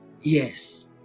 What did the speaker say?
Yes